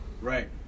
Right